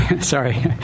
sorry